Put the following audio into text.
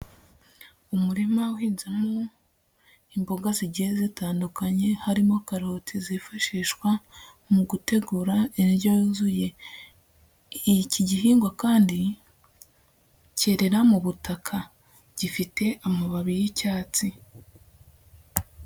Umurima uhinzemo imboga zigiye zitandukanye, harimo karoti zifashishwa mu gutegura indyo yuzuye, iki gihingwa kandi cyerera mu butaka, gifite amababi y'icyatsi.